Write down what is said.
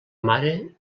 mare